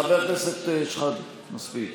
חבר הכנסת שחאדה, מספיק.